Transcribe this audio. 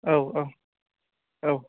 औ औ औ